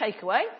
takeaway